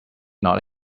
not